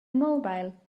immobile